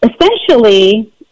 essentially